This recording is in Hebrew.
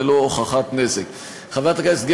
ללא הוכחת נזק" חברי הכנסת,